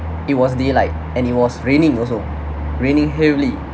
it was day like and it was raining also raining heavily